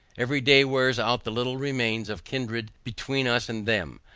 every day wears out the little remains of kindred between us and them,